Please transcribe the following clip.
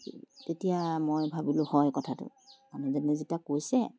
তেতিয়া মই ভাবিলোঁ হয় কথাটো মানুহজনে যেতিয়া কৈছে